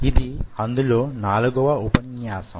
ఇది అందులో నాలుగవ ఉపన్యాసం